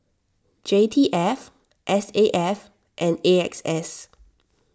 J T F S A F and A X S